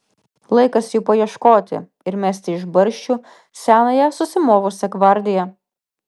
laikas jų paieškoti ir mesti iš barščių senąją susimovusią gvardiją